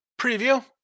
preview